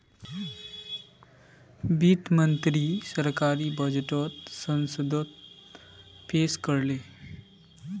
वित्त मंत्री सरकारी बजटोक संसदोत पेश कर ले